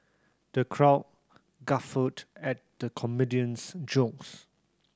the crowd guffawed at the comedian's jokes